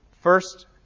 first